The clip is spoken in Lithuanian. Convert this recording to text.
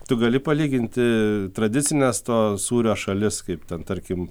tu gali palyginti tradicines to sūrio šalis kaip ten tarkim